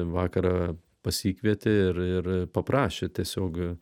vakarą pasikvietė ir ir paprašė tiesiog